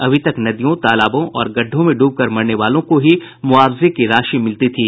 अभी तक नदियों तालाबों और गड्ढों में डूबकर मरने वालों को ही मुआवजे की राशि मिलती थी